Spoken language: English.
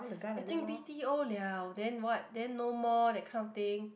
I think B_T_O liao then what then no more that kind of thing